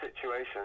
situation